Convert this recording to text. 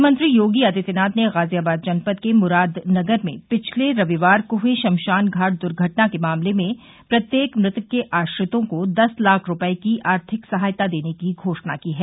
मुख्यमंत्री योगी आदित्यनाथ ने गाजियाबाद जनपद के मुरादनगर में पिछले रविवार को हुई श्मशान घाट दुर्घटना के मामले में प्रत्येक मृतक के आश्रितों को दस लाख रूपये की आर्थिक सहायता देने की घोषणा की है